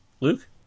Luke